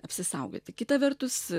apsisaugoti kita vertus